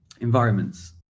environments